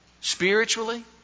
spiritually